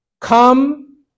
Come